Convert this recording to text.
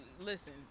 listen